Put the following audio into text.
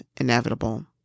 inevitable